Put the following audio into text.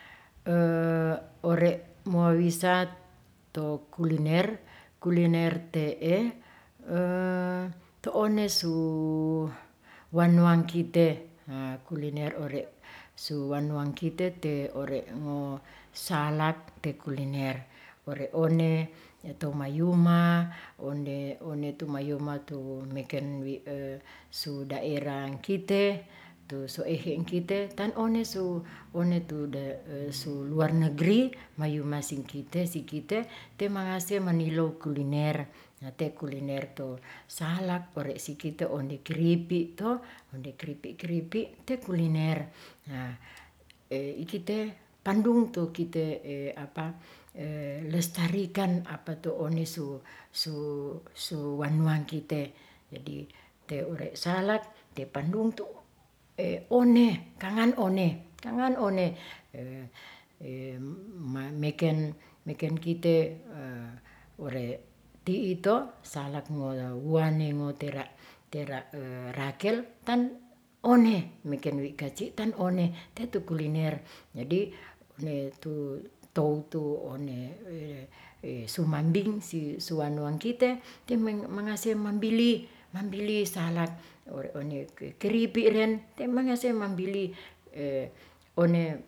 ore' mowisat to kuliner. kuliner te'e to onesu wanuwang kite haa kuliner ore' su wanuang kite te ore' ngo salak te kuliner ore' one tetomayuma, onde tumayuma tu meken wi su daerah ngkite tu so engkehe kite tan onesu onetu da su luar negeri mayumasingkite sikite te mangase manilow kuliner na te kuliner tu salak ore' sikite onde keripik to onde keripik keripik te kuliner, ikite pandung tu kite lestarikan apa tu onesu wanuang kite jadi te ure' salak te padungtu one kangan one kangan one meken kite ure ti'ito salak monguane ngotera tera, rakel tan one mekenwi kaci tan te tu kuliner jadi ne tu toutu one sumambing si suwanuangkite te mangase mambili mambili salak ore' one keripik ren te mangase mambili one.